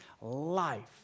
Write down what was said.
life